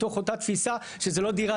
מתוך אותה תפיסה שזה לא דירה,